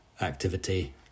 activity